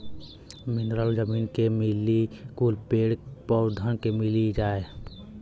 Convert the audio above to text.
mineral जमीन के मिली कुल पेड़ पउधन के मिल जाई